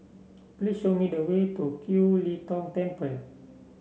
please show me the way to Kiew Lee Tong Temple